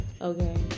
Okay